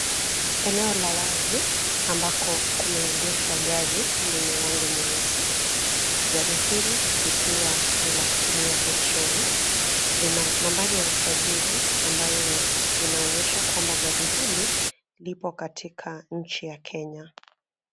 Eneo la wazi ambako kume egeshwa gari lenye rangi nyeusi, gari hili likiwa ni la kutumia petroli, lina nambari ya usajili ambayo inaonyesha kwamba gari hili lipo katika nchi ya Kenya.